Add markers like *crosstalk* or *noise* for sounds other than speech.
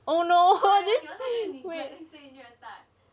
oh no *laughs*